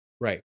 Right